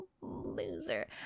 loser